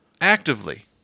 Actively